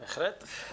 בהחלט.